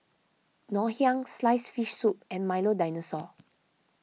Ngoh Hiang Sliced Fish Soup and Milo Dinosaur